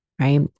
right